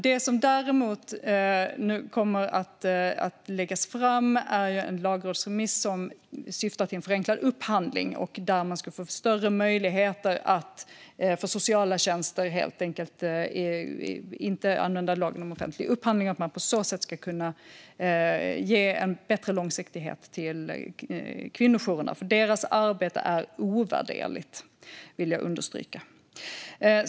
Det som däremot kommer att läggas fram är en lagrådsremiss som syftar till en förenklad upphandling och större möjligheter att för sociala tjänster inte använda lagen om offentlig upphandling. På så sätt ska det bli en bättre långsiktighet för kvinnojourerna. Deras arbete är ovärderligt, vill jag understryka.